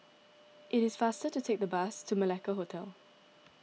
it is faster to take the bus to Malacca Hotel